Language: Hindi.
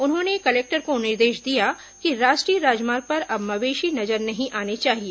उन्होंने कलेक्टर को निर्देश दिया कि राष्ट्रीय राजमार्ग पर अब मवेशी नजर नहीं आने चाहिए